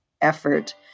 effort